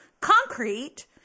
Concrete